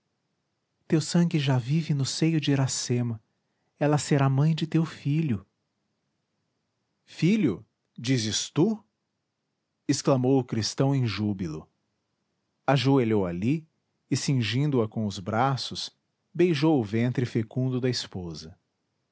teu sangue já vive no seio de iracema ela será mãe de teu filho filho dizes tu exclamou o cristão em júbilo ajoelhou ali e cingindo a com os braços beijou o ventre fecundo da esposa